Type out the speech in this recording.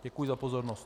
Děkuji za pozornost.